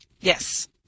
Yes